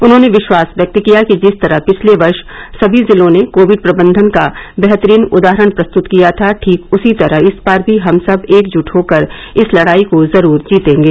उन्होंने विश्वास व्यक्त किया कि जिस तरह पिछले वर्ष समी जिलों ने कोविड प्रबंधन का बेहतरीन उदाहरण प्रस्तुत किया था ठीक उसी तरह इस बार भी हम सब एकजुट होकर इस लड़ाई को जरूर जीतेंगे